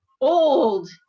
old